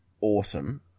awesome